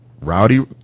Rowdy